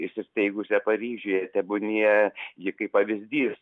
įsisteigusią paryžiuje tebūnie ji kaip pavyzdys